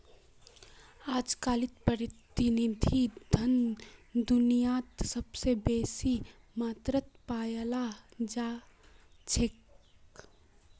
अजकालित प्रतिनिधि धन दुनियात सबस बेसी मात्रात पायाल जा छेक